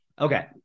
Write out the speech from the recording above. okay